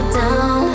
down